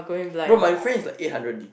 bro my friend is like eight hundred gig